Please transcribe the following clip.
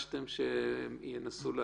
הם גם גופים לא מפוקחים,